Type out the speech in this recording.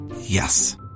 Yes